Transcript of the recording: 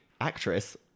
actress